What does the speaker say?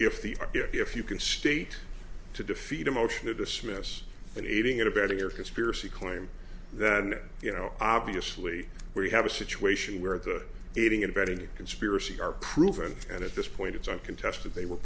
if the if you can state to defeat a motion to dismiss an aiding and abetting or conspiracy claim than you know obviously we have a situation where the aiding invented conspiracy are proven and at this point it's uncontested they were